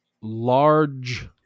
large